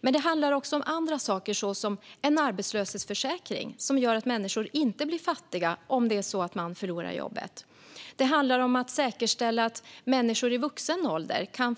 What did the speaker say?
Men det handlar också om sådana saker som en arbetslöshetsförsäkring som gör att människor inte blir fattiga ifall de förlorar jobbet. Det handlar om att säkerställa att människor i vuxen ålder kan